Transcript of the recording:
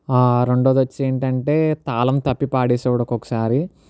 రెండవది వచ్చి ఏంటంటే తాళం తప్పి పాడేసేవాడు ఒక్కొక్కసారి